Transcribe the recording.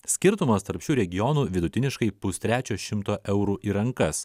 skirtumas tarp šių regionų vidutiniškai pustrečio šimto eurų į rankas